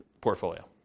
portfolio